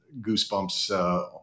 goosebumps